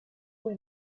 were